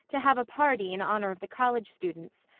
to have a party in honor of the college students,